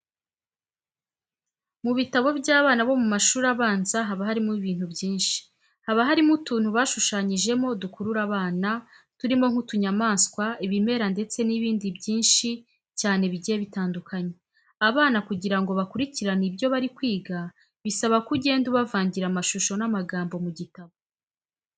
Mu bitabo by'abana bo mu mashuri abanza haba harimo ibintu byinshi. Haba harimo utuntu bashushanyijemo dukurura abana turimo nk'utunyamaswa, ibimera ndetse n'ibindi binshi cyane bigiye bitandukanye. Abana kugira ngo bakurikirane ibyo bari kwiga bisaba ko ugenda ubavangira amashusho n'amagambo mu gitabo.